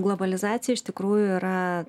globalizacija iš tikrųjų yra